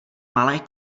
malé